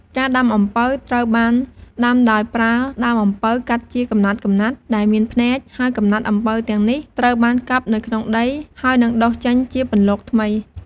ការដាំ អំពៅត្រូវបានដាំដោយប្រើដើមអំពៅកាត់ជាកំណាត់ៗ ដែលមានភ្នែក ហើយកំណាត់អំពៅទាំងនេះត្រូវបានកប់នៅក្នុងដី ហើយនឹងដុះចេញជាពន្លកថ្មី។